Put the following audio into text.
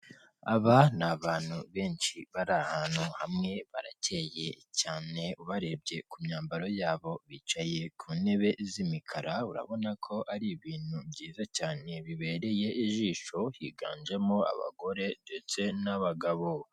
Aba ni abantu benshi bari ahantu hamwe, baracyeye cyane ubarebye ku myambaro yabo, bicaye ku ntebe z'imikara urabona ko ari ibintu byiza cyane bibereye ijisho. Higanjemo abagore ndetse n'abagabo.